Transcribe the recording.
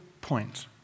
point